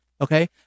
okay